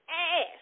ass